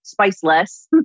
spiceless